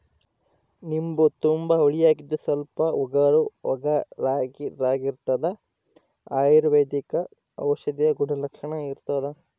ನಿಂಬು ತುಂಬಾ ಹುಳಿಯಾಗಿದ್ದು ಸ್ವಲ್ಪ ಒಗರುಒಗರಾಗಿರಾಗಿರ್ತದ ಅಯುರ್ವೈದಿಕ ಔಷಧೀಯ ಗುಣಲಕ್ಷಣ ಇರ್ತಾದ